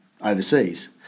overseas